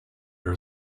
her